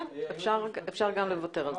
כן, אפשר גם לוותר על זה.